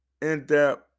in-depth